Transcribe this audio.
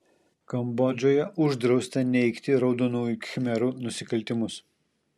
kambodžoje uždrausta neigti raudonųjų khmerų nusikaltimus